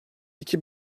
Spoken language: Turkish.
iki